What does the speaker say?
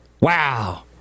wow